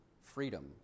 freedom